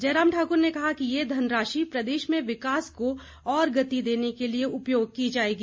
जयराम ठाकुर ने कहा कि ये धनराशि प्रदेश में विकास को और गति देने के लिए उपयोग की जाएगी